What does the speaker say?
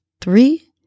three